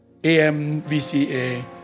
AMVCA